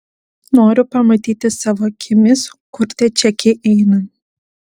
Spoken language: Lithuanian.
noriu pamatyti savo akimis kur tie čekiai eina